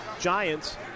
Giants